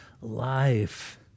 life